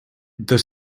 the